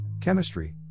Chemistry